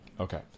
Okay